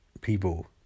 people